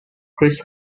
chris